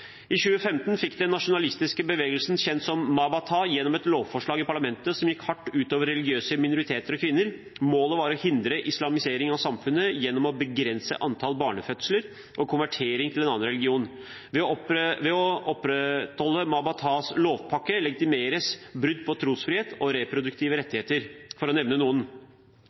I 2015 fikk den nasjonalistiske bevegelsen kjent som Ma-Ba-Tha gjennom et lovforslag i parlamentet som gikk hardt ut over religiøse minoriteter og kvinner. Målet var å hindre islamifisering av samfunnet gjennom å begrense antall barnefødsler og konvertering til annen religion. Ved å opprettholde Ma-Ba-Thas lovpakke legitimeres brudd på trosfriheten og reproduktive rettigheter, for å nevne